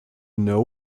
know